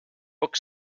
book